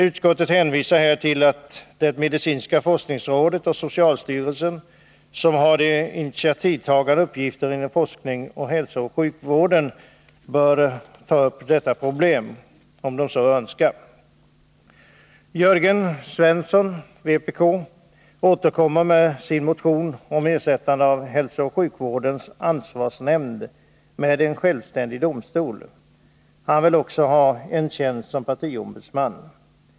Utskottet hänvisar här till att det medicinska forskningsrådet och socialstyrelsen, som har de initiativtagande uppgifterna i fråga om forskning inom hälsooch sjukvården, kan ta upp detta problem om de så önskar. Jörgen Svensson, vpk, återkommer med sin motion om ersättande av hälsooch sjukvårdens ansvarsnämnd med en självständig domstol. Han vill också ha en tjänst som partiombudsman.